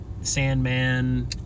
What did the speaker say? Sandman